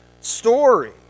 story